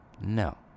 no